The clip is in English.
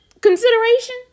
consideration